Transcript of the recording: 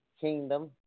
kingdom